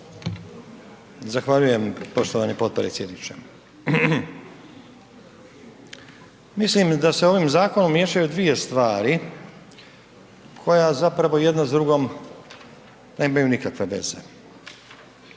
Zahvaljujem poštovani potpredsjedniče. Mislim da se ovim zakonom miješaju dvije stvari koja zapravo jedna s drugom nemaju nikakve veze.